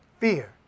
Fear